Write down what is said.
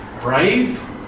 brave